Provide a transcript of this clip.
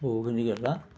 বহুখিনি